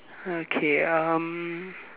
okay um